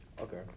Okay